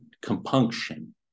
compunction